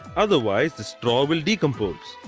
otherwise the straw will decompose.